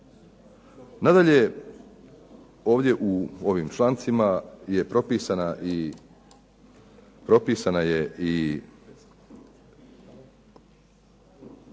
Nadalje, ovdje u ovim člancima je propisana i